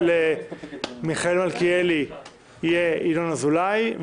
של מיכאל מלכיאלי יהיה ינון אזולאי,